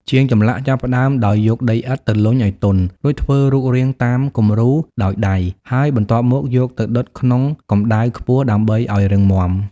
ជាងចម្លាក់ចាប់ផ្ដើមដោយយកដីឥដ្ឋទៅលុញឱ្យទន់ រួចធ្វើរូបរាងតាមគំរូដោយដៃ ហើយបន្ទាប់មកយកទៅដុតក្នុងកម្ដៅខ្ពស់ដើម្បីឱ្យរឹងមាំ។